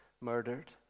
murdered